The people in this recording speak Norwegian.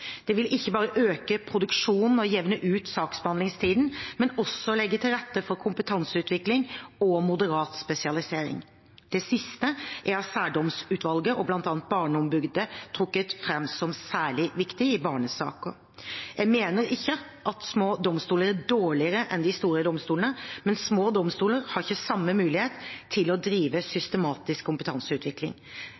Det vil ikke bare øke produksjonen og jevne ut saksbehandlingstiden, men også legge til rette for kompetanseutvikling og moderat spesialisering. Det siste er av Særdomstolsutvalget og bl.a. Barneombudet trukket fram som særlig viktig i barnesaker. Jeg mener ikke at små domstoler er dårligere enn de store domstolene, men små domstoler har ikke samme mulighet til å drive